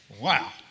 Wow